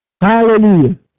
Hallelujah